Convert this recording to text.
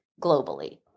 globally